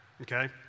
okay